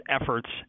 efforts